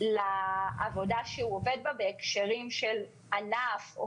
לבין העבודה שהוא עובד בה בהקשרים של ענף או